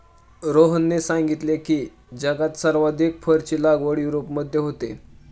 रोहनने सांगितले की, जगात सर्वाधिक फरची लागवड युरोपमध्ये होते